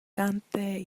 cante